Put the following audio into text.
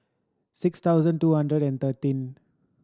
six thousand two hundred and thirteen